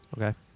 Okay